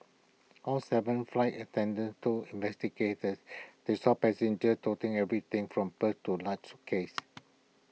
all Seven flight attendants told investigators they saw passengers toting everything from purses to large suitcases